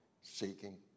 seeking